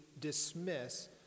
dismiss